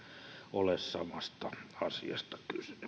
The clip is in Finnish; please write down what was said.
ole samasta asiasta